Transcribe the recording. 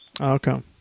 Okay